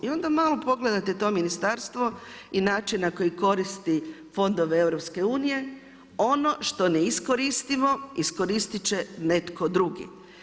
I onda malo pogledate to ministarstvo i način na koji koristi fondove EU, ono što ne iskoristimo, iskoristiti će netko drugi.